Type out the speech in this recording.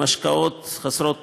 עם השקעות חסרות תקדים,